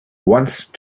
once